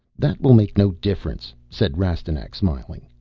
that will make no difference, said rastignac, smiling.